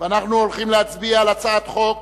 על הצעת חוק